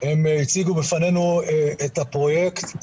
הם הציגו בפנינו את הפרויקט,